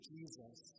Jesus